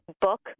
book